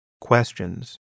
questions